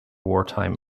wartime